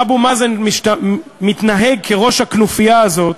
אבו מאזן מתנהג כראש הכנופיה הזאת,